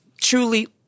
truly